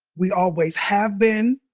we always have been.